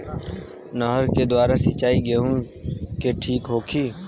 नहर के द्वारा सिंचाई गेहूँ के ठीक होखि?